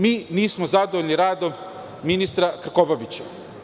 Mi nismo zadovoljni radom ministra Krkobabića.